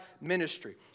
ministry